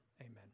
Amen